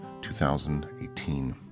2018